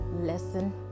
lesson